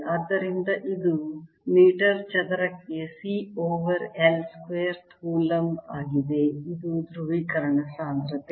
ಆದ್ದರಿಂದ ಇದು ಮೀಟರ್ ಚದರಕ್ಕೆ C over L square coulomb ಆಗಿದೆ ಅದು ಧ್ರುವೀಕರಣ ಸಾಂದ್ರತೆ